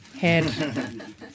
head